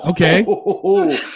okay